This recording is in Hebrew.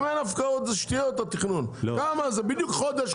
אם אין הפקעות, התכנון זה שטויות.